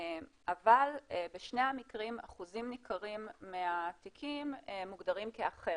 אבל בשני המקרים אחוזים ניכרים מהתיקים מוגדרים כאחר,